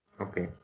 Okay